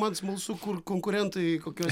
man smalsu kur konkurentai kokioj